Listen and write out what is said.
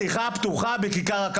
שיחה פתוחה בכיכר,